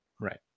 Right